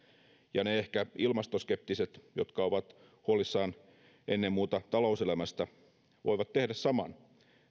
ja ehkä ne ilmastoskeptiset jotka ovat huolissaan ennen muuta talouselämästä voivat tehdä saman